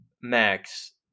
Max